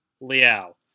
Liao